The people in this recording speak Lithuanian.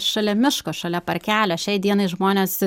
šalia miško šalia parkelio šiai dienai žmonės